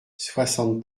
soixante